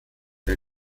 der